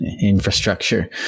Infrastructure